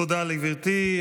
תודה לגברתי.